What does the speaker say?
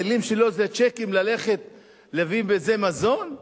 המלים שלו זה צ'קים ללכת להביא בזה מזון?